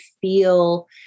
feel